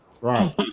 right